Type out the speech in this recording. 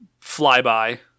flyby